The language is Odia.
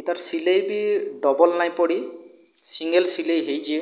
ଏଇଟାର ସିଲେଇ ବି ଡବଲ ନାହିଁ ପଡ଼ି ସିଙ୍ଗଲ ସିଲେଇ ହୋଇଛି